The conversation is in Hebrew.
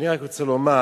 אני רק רוצה לומר